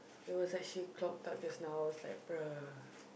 it was actually clogged out just now was like bruh